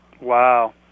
Wow